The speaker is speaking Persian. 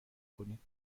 کنید